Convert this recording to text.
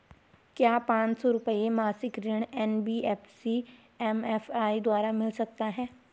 क्या पांच सौ रुपए मासिक ऋण एन.बी.एफ.सी एम.एफ.आई द्वारा मिल सकता है?